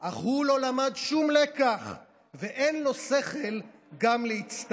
/ אך הוא לא למד שום לקח / ואין לו שכל גם להצטער".